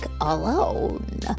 alone